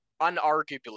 unarguably